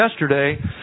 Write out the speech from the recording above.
yesterday